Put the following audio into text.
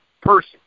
person